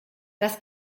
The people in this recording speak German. das